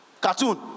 Cartoon